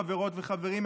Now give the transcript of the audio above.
חברות וחברים,